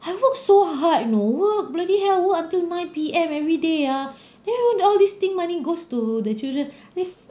I worked so hard you know work bloody hell work will until nine P_M everyday ah then you know all this thing money goes to the children with